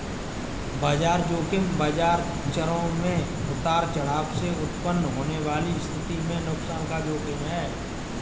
बाजार ज़ोखिम बाजार चरों में उतार चढ़ाव से उत्पन्न होने वाली स्थिति में नुकसान का जोखिम है